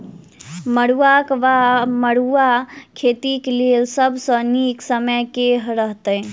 मरुआक वा मड़ुआ खेतीक लेल सब सऽ नीक समय केँ रहतैक?